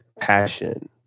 passion